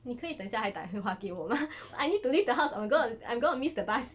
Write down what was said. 你可以等下才打电话给我吗 I need to leave the house I'm gonna I'm gonna miss the bus